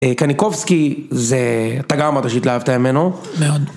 קניקובסקי זה... אתה גם אמרת שהתלהבת ממנו. מאוד.